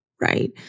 Right